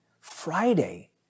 friday